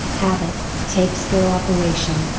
habit, takes cooperation.